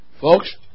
folks